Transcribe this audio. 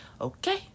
Okay